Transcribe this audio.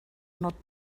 not